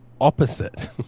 opposite